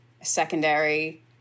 Secondary